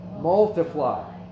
multiply